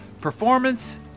Performance